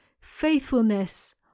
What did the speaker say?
Faithfulness